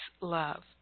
love